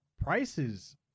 prices